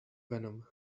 venom